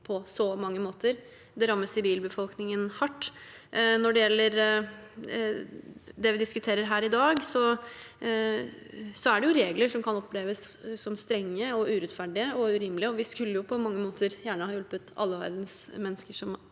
Den rammer sivilbefolkningen hardt. Når det gjelder det vi diskuterer her i dag, er det regler som kan oppleves som strenge, urettferdige og urimelige. Vi skulle på mange måter gjerne har hjulpet alle verdens mennesker som